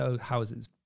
houses